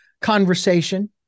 conversation